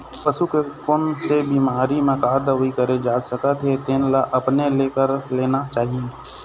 पसू के कोन से बिमारी म का दवई करे जा सकत हे तेन ल अपने ले कर लेना चाही